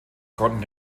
konnten